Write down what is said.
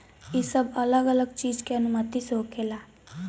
ई सब अलग अलग चीज के अनुमति से होखेला